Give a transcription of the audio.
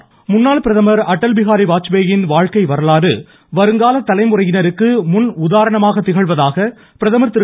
பிரதமர் முன்னாள் பிரதமர் அடல் பிஹாரி வாஜ்பேயின் வாழ்க்கை வரலாறு வருங்கால தலைமுறையினருக்கு முன்னுதாரணமாக திகழ்வதாக பிரதமர் திரு